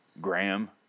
Graham